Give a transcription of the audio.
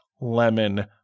lemon